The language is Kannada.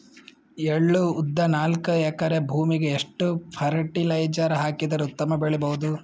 ಎಳ್ಳು, ಉದ್ದ ನಾಲ್ಕಎಕರೆ ಭೂಮಿಗ ಎಷ್ಟ ಫರಟಿಲೈಜರ ಹಾಕಿದರ ಉತ್ತಮ ಬೆಳಿ ಬಹುದು?